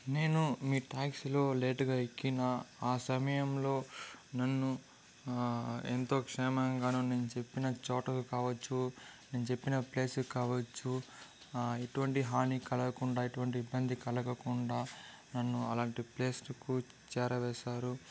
నేను మీ ట్యాక్సీలో లేటుగా ఎక్కిన ఆ సమయంలో నన్ను ఎంతో క్షేమంగా నేను చెప్పిన చోటుకి కావచ్చు నేను చెప్పిన ప్లేస్కి కావచ్చు ఎటువంటి హాని కలగకుండా ఎటువంటి ఇబ్బంది కలగకుండా నన్ను అలాంటి ప్లేస్కు చేరవేశారు